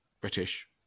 British